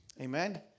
Amen